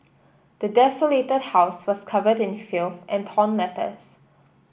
the desolated house was covered in filth and torn letters